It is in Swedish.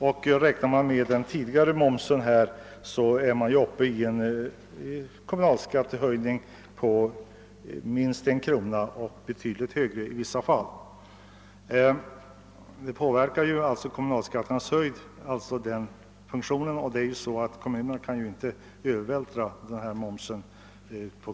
Om vi räknar med den tidigare momsen får vi en kommunalskattehöjning på minst en krona, i vissa fall betydligt mera. Kommunalskattehöjningen inverkar alltså mycket starkt, och momsen kan ju inte övervältras på ett kommande led.